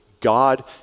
God